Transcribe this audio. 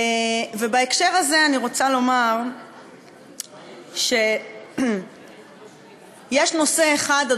ובהקשר הזה אני רוצה לומר שיש נושא אחד,